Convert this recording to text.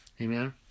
Amen